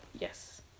Yes